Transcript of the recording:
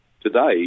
today